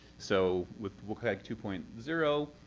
so with wcag two point zero,